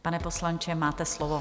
Pane poslanče, máte slovo.